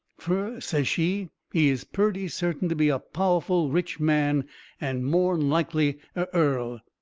fur, says she, he is purty certain to be a powerful rich man and more'n likely a earl.